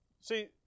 See